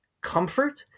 comfort